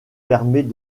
permet